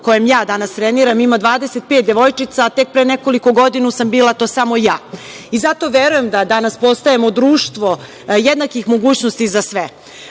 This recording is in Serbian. kojem ja danas treniram ima 25 devojčica, a tek pre nekoliko godina sam bila to samo ja. Zato verujem da danas postajemo društvo jednakih mogućnosti za sve.